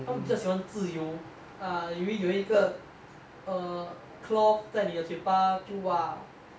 他们比较喜欢自由 ah 以为有一个 err cloth 在你的嘴巴就 !wah!